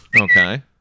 Okay